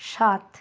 সাত